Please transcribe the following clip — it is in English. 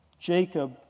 Jacob